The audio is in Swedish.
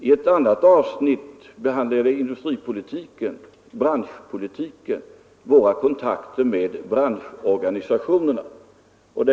I ett annat avsnitt behandlade jag industripolitiken, branschpolitiken och våra kontakter med branschorganisationerna.